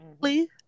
Please